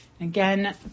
Again